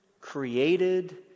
created